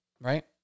right